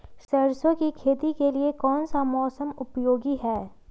सरसो की खेती के लिए कौन सा मौसम उपयोगी है?